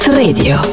radio